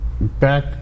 back